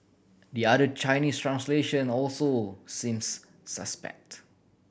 the other Chinese translation also seems suspect